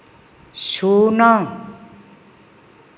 ଶୂନ